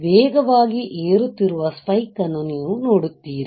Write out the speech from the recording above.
ವೇಗವಾಗಿ ಏರುತ್ತಿರುವ ಸ್ಪೈಕ್ ಅನ್ನು ನೀವು ನೋಡುತ್ತೀರಿ